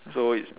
so it's